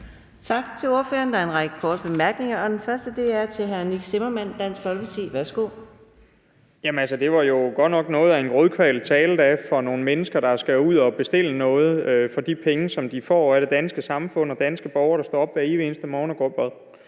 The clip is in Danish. Tak til ordføreren. Der en række korte bemærkninger, og den første er til hr. Nick Zimmermann, Dansk Folkeparti. Værsgo. Kl. 15:33 Nick Zimmermann (DF): Det var jo godt nok noget af en grådkvalt tale i forhold til nogle mennesker, der skal ud at bestille noget for de penge, som de får af det danske samfund og de danske borgere, som hver evig eneste morgen står op og